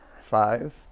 Five